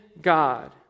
God